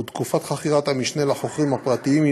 ותקופת חכירת-המשנה לחוכרים הפרטיים היא